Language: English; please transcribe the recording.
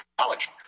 college